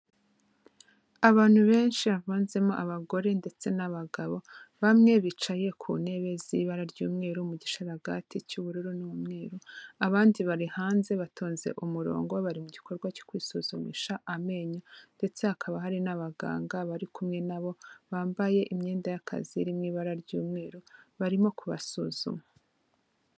Abantu benshi bavanzemo abagore ndetse n'abagabo, bamwe bicaye ku ntebe z'ibara ry'umweru mu gisharagate cy'ubururu n'umweru, abandi bari hanze batonze umurongo bari mu gikorwa cyo kwisuzumisha amenyo. Ndetse hakaba hari n'abaganga bari kumwe na bo bambaye imyenda y'akazi iri mu ibara ry'umweru barimo kubasuzuma.